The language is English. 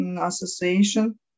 association